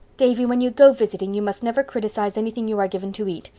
davy, when you go visiting you must never criticize anything you are given to eat,